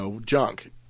junk